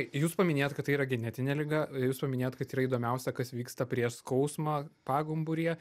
jūs paminėjot kad tai yra genetinė liga jūs paminėjot kad yra įdomiausia kas vyksta prieš skausmą pagumburyje